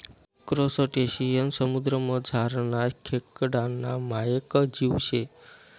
crustacean समुद्रमझारना खेकडाना मायेक जीव शे